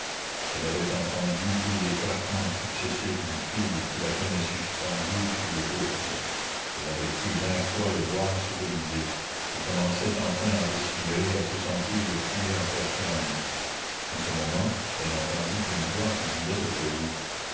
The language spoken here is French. elle avait entendu tous les craquements successifs du fil qui la tenait suspendue sur le gouffre elle avait cru vingt fois le voir se briser et commençait enfin à respirer et à se sentir le pied en terre ferme en ce moment elle entendit une voix qui disait au prévôt